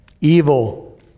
Evil